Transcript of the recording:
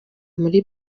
muri